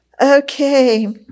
Okay